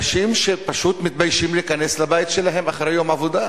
אנשים שפשוט מתביישים להיכנס לבית שלהם אחרי יום עבודה.